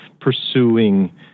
pursuing